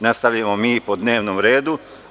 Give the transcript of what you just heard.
Nastavljamo po dnevnom redu.